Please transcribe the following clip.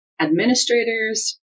administrators